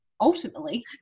ultimately